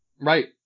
Right